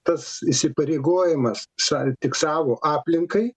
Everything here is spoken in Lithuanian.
tas įsipareigojimas sari tik savo aplinkai